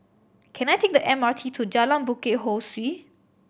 can I take the M R T to Jalan Bukit Ho Swee